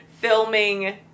filming